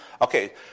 Okay